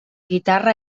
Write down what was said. guitarra